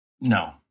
No